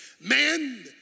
Man